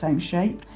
um shape.